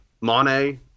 Monet